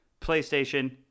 PlayStation